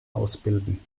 ausbilden